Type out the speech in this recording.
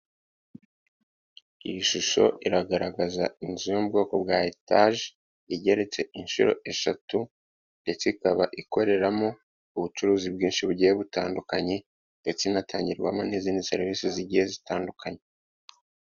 Iyi shusho iragaragaza inzu y'ubwoko bwa etage igeretse inshuro eshatu ndetse ikaba ikoreramo ubucuruzi bwinshi bugiye butandukanye ndetse inatangirwamo n'izindi serivisi zigiye zitandukanye.